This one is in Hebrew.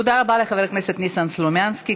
תודה רבה לחבר הכנסת ניסן סלומינסקי.